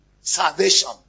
salvation